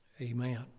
amen